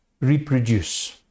reproduce